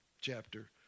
chapter